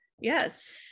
Yes